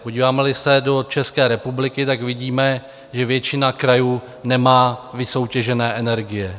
Podívámeli se do České republiky, tak vidíme, že většina krajů nemá vysoutěžené energie.